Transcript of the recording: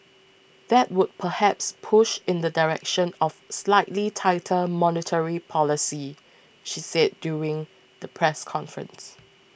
that would perhaps push in the direction of slightly tighter monetary policy she said during the press conference